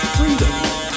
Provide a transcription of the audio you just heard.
Freedom